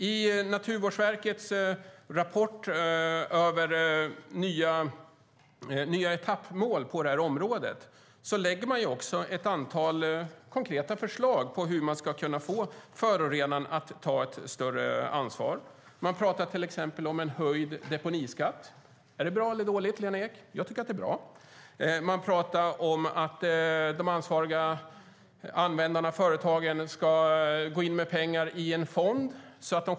I Naturvårdsverkets rapport över nya etappmål på det här området finns ett antal konkreta förslag på hur man ska kunna få förorenarna att ta större ansvar. Man talar till exempel om en höjd deponiskatt. Är det bra eller dåligt, Lena Ek? Jag tycker att det är bra. Man talar om att de ansvariga användarna och företagen själva ska gå in med pengar i en fond.